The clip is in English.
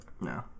No